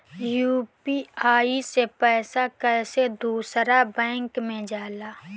UPI से पैसा कैसे दूसरा बैंक मे जाला?